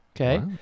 okay